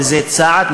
וזה צעד,